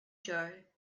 joy